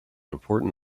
important